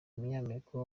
umunyamerika